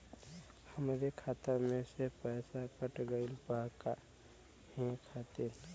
हमरे खाता में से पैसाकट गइल बा काहे खातिर?